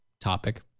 topic